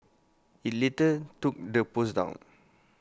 IT later took the post down